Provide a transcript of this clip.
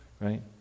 right